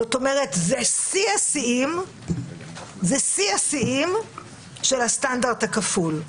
זאת אומרת, זה שיא השיאים של הסטנדרט הכפול.